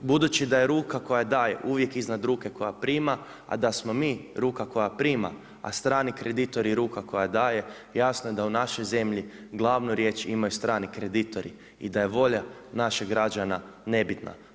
Budući da je ruka koja daje, uvijek iznad ruke koja prima, a da smo mi ruka koja prima, a strani kreditori ruka koja daje, jasno je da u našoj zemlji glavnu riječ imaju strani kreditori i da je volja naših građana nebitna.